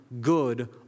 good